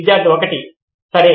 విద్యార్థి 1 సరే